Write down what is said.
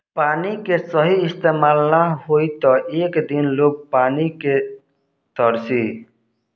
पानी के सही इस्तमाल ना होई त एक दिन लोग पानी के तरसी